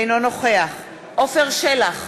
אינו נוכח עפר שלח,